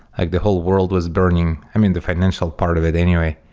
like the whole world was burning. i mean, the financial part of it anyway.